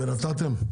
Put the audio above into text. ונתתם?